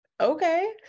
okay